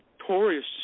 notorious